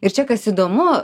ir čia kas įdomu